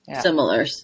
similar